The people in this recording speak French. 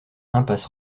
impasse